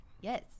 Yes